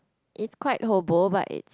it's quite hobo but it's